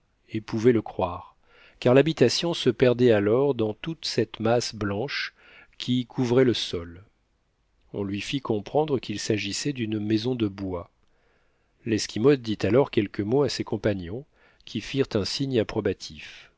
et pouvait le croire car l'habitation se perdait alors dans toute cette masse blanche qui couvrait le sol on lui fit comprendre qu'il s'agissait d'une maison de bois l'esquimaude dit alors quelques mots à ses compagnons qui firent un signe approbatif